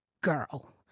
girl